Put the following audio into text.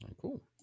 cool